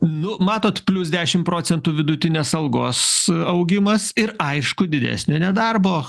nu matot plius dešimt procentų vidutinės algos augimas ir aišku didesnė nedarbo